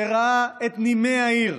שראה את נימי העיר,